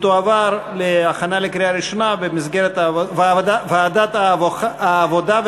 לדיון מוקדם בוועדת העבודה,